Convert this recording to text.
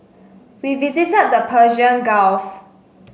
we visited the Persian Gulf